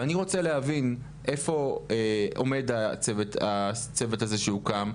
ואני רוצה להבין איפה עומד הצוות הזה שהוקם.